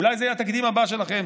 אולי זה יהיה התקדים הבא שלכם.